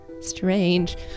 strange